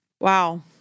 Wow